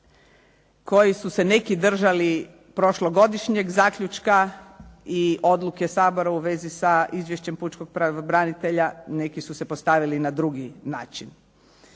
koji su se neki držali prošlogodišnjeg zaključka i odluke Sabora u vezi sa izvješćem pučkog pravobranitelja, neki su se postavili na drugi način.